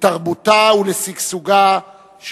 לתרבותה ולשגשוגה,